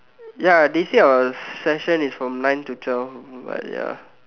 ya they say our session is from nine to twelve but ya